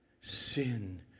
Sin